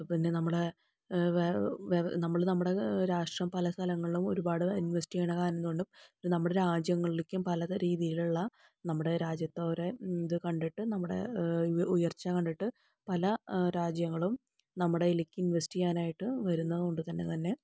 പിന്നെ നമ്മുടെ വേ വെ നമ്മള് നമ്മുടെ രാഷ്ട്രം പലസ്ഥലങ്ങളിലും ഒരുപാട് ഇന്വെസ്റ്റ് ചെയ്യണ കാരണായതു കൊണ്ടും നമ്മുടെ രാജ്യങ്ങളിലേക്കും പലത് രീതിയിലുള്ള നമ്മുടെ രാജ്യത്തെ ഓരോ ഇത് കണ്ടിട്ട് നമ്മുടെ ഉയര്ച്ച കണ്ടിട്ട് പല രാജ്യങ്ങളും നമ്മുടെ അതിലേക്ക് ഇന്വെസ്റ്റ് ചെയ്യാനായിട്ട് വരുന്നത് കൊണ്ട് തന്നെ